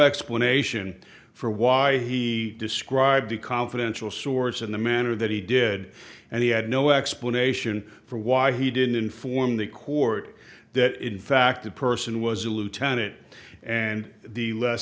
explanation for why he described the confidential source in the manner that he did and he had no explanation for why he didn't inform the court that in fact that person was a lieutenant and the